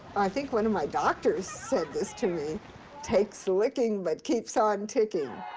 think one of my doctors said this to me takes a licking but keeps on ticking.